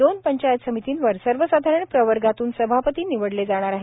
दोन पंचायत समितीवर सर्वसाधारण प्रवर्गातून सभापती निवडले जाणार आहे